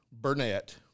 Burnett